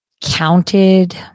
counted